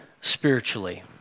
spiritually